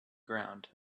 ground